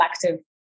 collective